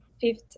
fifth